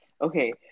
Okay